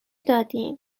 دادیدن